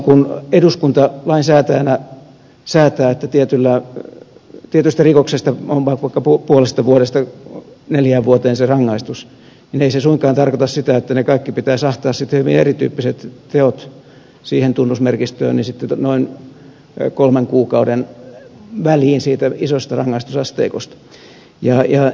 kun eduskunta lainsäätäjänä säätää että tietystä rikoksesta on vaikka puolesta vuodesta neljään vuoteen se rangaistus ei se suinkaan tarkoita sitä että kaikki hyvin erityyppiset teot pitäisi ahtaa siihen tunnusmerkistöön noin kolmen kuukauden väliin siitä isosta rangaistusasteikosta